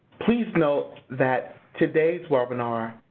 please note that today's webinar,